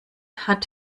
hat